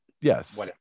Yes